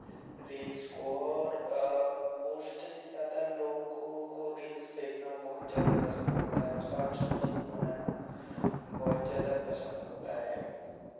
reels को और post से ज़्यादा लोगों को रील्स देखना बहुत ज़्यादा पसंद होता है और शॉर्ट्स वीडियो भी बनाना बहुत ज़्यादा पसंद होता है